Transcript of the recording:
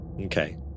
Okay